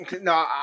No